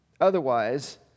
Otherwise